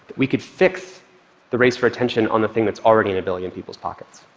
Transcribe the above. we could fix the race for attention on the thing that's already in a billion people's pockets.